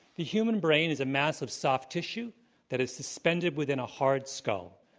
the human brain is a mass of soft tissue that is suspended within a hard skull,